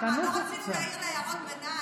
ולמחנה הלאומי,